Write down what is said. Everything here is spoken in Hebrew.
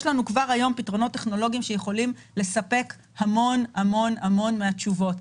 יש לנו כבר היום פתרונות טכנולוגיים שיכולים לספק המון המון מן התשובות.